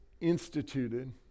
instituted